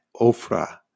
Ophrah